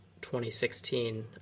2016